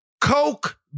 Coke